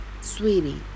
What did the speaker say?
Sweetie